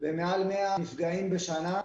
עם מעל 100 נפגעים בשנה,